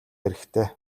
хэрэгтэй